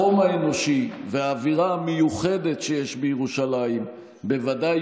החום האנושי והאווירה המיוחדת שיש בירושלים בוודאי